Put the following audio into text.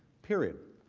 period.